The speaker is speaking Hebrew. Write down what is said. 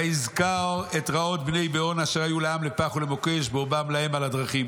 ויזכור את רעות בני בעון אשר היו לעם לפח ולמוקש באורבם להם על הדרכים.